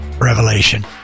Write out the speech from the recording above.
revelation